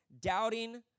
Doubting